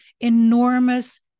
enormous